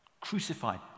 crucified